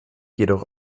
jedoch